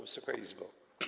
Wysoka Izbo!